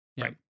Right